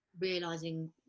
realizing